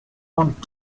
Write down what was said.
want